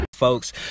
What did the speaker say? Folks